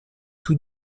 tout